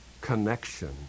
connection